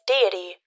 deity